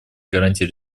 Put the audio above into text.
гарантией